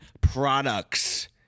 products